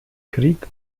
krieg